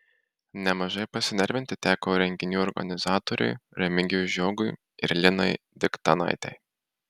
nemažai pasinervinti teko renginių organizatoriui remigijui žiogui ir linai diktanaitei